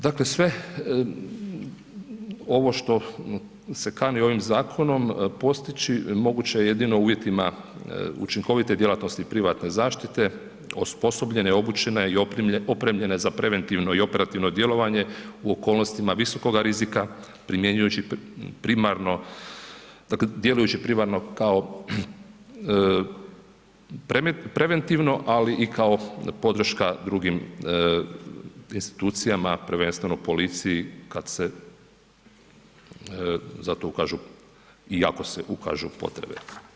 Dakle, sve ovo što se kani ovim zakonom postići, moguće je jedino u uvjetima učinkovite djelatnosti i privatne zaštite osposobljenja, obučene i opremljena za preventivno i operativno djelovanje, u okolnostima visokima rizika, primjenjujući primarno, dakle, djelujući primarno, kao preventivno, ali kao podrška drugim institucijama, prvenstveno policiji, kada se za to ukažu i ako se ukažu potrebe.